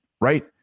right